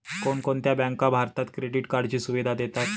कोणकोणत्या बँका भारतात क्रेडिट कार्डची सुविधा देतात?